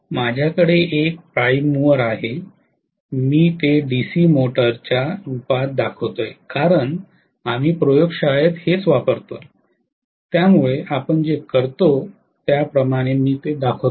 माझ्याकडे एक prime mover आहे मी ते डीसी मोटरच्या रूपात दाखवतोय कारण आम्ही प्रयोगशाळेत हेच वापरतो त्यामुळे आपण जे करतो त्याप्रमाणे मी ते दाखवतोय